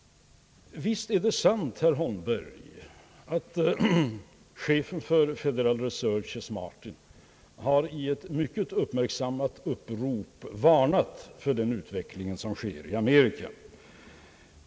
Visst är det sant, herr Holmberg, att chefen för Federal reserve, Chess Martin, i ett mycket uppmärksammat upprop har varnat för den utveckling som äger rum i USA.